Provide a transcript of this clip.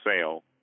sale